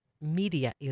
Media